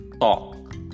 talk